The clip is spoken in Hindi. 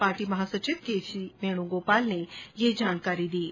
पार्टी महासचिव केसी वेणुगोपाल ने यह जानकारी दी है